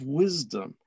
wisdom